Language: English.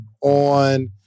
on